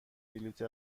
بلیط